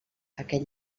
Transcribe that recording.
aquest